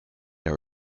been